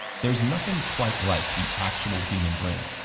there's nothing quite like the actual human brain,